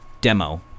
demo